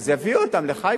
אז יביאו אותם לחיפה.